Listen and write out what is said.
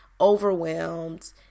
overwhelmed